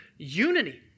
Unity